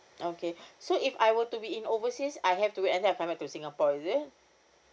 okay so if I were to be in overseas I have to wait until I fly back to singapore is it